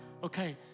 Okay